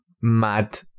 mad